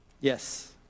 Yes